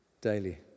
daily